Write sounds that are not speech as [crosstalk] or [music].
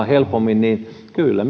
[unintelligible] helpommin minä voin kyllä [unintelligible]